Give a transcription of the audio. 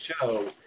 show